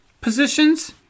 positions